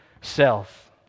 self